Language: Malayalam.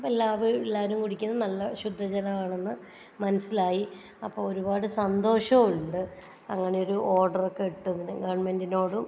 അപ്പം എല്ലാ വീട് എല്ലാവരും കുടിക്കുന്ന നല്ല ശുദ്ധജലമാണെന്ന് മനസ്സിലായി അപ്പോൾ ഒരുപാട് സന്തോഷവും ഉണ്ട് അങ്ങനെയൊരു ഓഡറൊക്കെ ഇട്ടതിന് ഗവൺമെന്റിനോടും